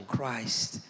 Christ